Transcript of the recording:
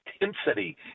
intensity